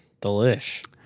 Delish